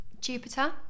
Jupiter